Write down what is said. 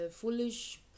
Foolish